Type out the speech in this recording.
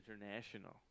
International